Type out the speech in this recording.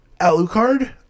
Alucard